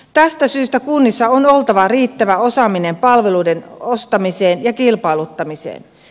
tästä syystä kunnissa on oltava riittävä osaaminen palveluiden ostamiseen ja kilpailuttamiseen